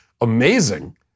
amazing